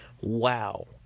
Wow